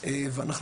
אבל היא מחייבת,